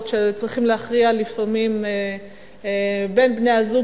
שצריכים להכריע בהן לפעמים בין בני-הזוג,